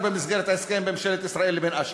במסגרת ההסכם בין ממשלת ישראל לבין אש"ף.